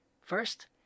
First